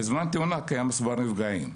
בזמן תאונה קיים מספר נפגעים.